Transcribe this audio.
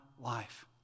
life